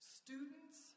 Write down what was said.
students